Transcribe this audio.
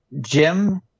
Jim